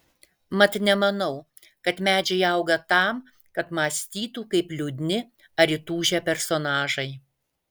mat nemanau kad medžiai auga tam kad mąstytų kaip liūdni ar įtūžę personažai